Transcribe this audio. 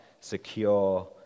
secure